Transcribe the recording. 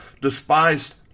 despised